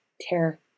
tear